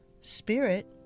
Spirit